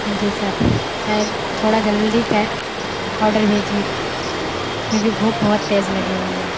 جی sir sir تھوڑا جلدی order بھیجیے کیوںکہ بھوک بہت تیز لگی ہوئی ہے